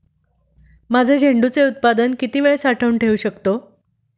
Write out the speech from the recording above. माझे झेंडूचे उत्पादन किती वेळ साठवून ठेवू शकतो?